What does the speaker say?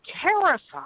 terrified